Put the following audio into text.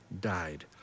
died